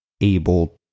able